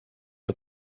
but